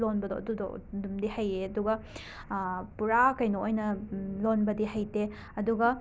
ꯂꯣꯟꯕꯗꯣ ꯑꯗꯨꯗꯣ ꯗꯨꯝꯗꯤ ꯍꯩꯌꯦ ꯑꯗꯨꯒ ꯄꯨꯔꯥ ꯀꯩꯅꯣ ꯑꯣꯏꯅ ꯂꯣꯟꯕꯗꯤ ꯍꯩꯇꯦ ꯑꯗꯨꯒ